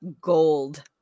gold